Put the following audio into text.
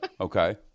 Okay